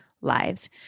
Lives